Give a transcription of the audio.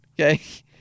okay